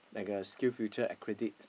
like a SkillsFuture accredit